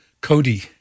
Cody